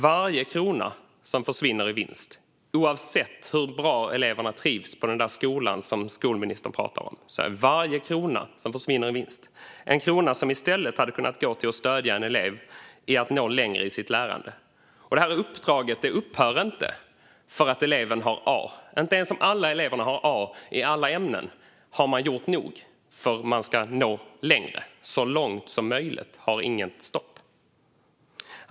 Varje krona som försvinner i vinst, oavsett hur bra eleverna trivs på den skola som skolministern pratar om, är en krona som i stället hade kunnat gå till att stödja en elev i att nå längre i sitt lärande. Detta uppdrag upphör inte för att eleven har A. Inte ens om alla eleverna har A i alla ämnen har man gjort nog, för man ska nå längre - "så långt som möjligt" har inget stopp.